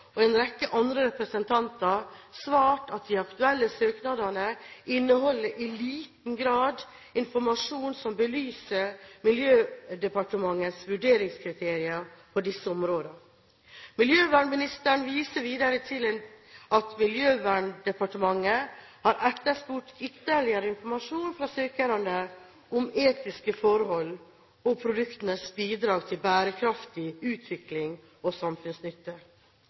og en rekke andre representanter svart at «de aktuelle søknadene inneholder i liten grad informasjon som belyser våre», dvs. Miljødepartementets, «omfattende vurderingskriterier» på disse områdene. Miljøvernministeren viser videre til at Miljøverndepartementet har etterspurt ytterligere informasjon fra søkerne om etiske forhold og produktenes bidrag til bærekraftig utvikling og samfunnsnytte.